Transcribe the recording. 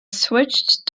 switched